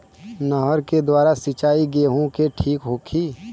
नहर के द्वारा सिंचाई गेहूँ के ठीक होखि?